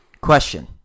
Question